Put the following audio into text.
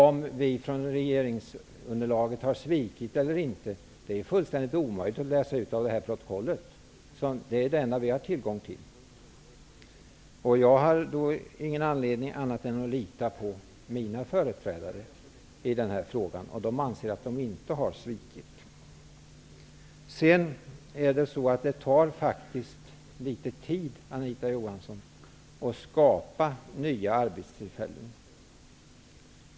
Om vi från regeringsunderlaget har svikit eller inte, är fullständigt omöjligt att läsa ut av det protokoll som är det enda som vi har tillgång till. Jag har inte någon anledning att inte lita på mina företrädare i den här frågan, som anser att de inte har svikit. Det tar faktiskt litet tid, Anita Johansson, att skapa nya arbetstillfällen.